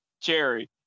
Cherry